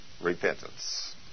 Repentance